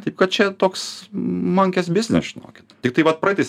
taip kad čia toks monkės biznis žinokit tiktai vat praeitais